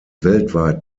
weltweit